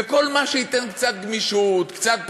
בכל מה שייתן קצת גמישות, קצת בחירה.